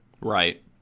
Right